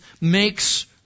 makes